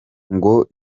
ngo